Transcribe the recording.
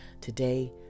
Today